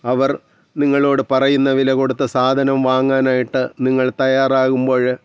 അവർ നിങ്ങളോട് പറയുന്ന വില കൊടുത്ത് സാധനം വാങ്ങാനായിട്ട് നിങ്ങൾ തയ്യാറാകുമ്പോൾ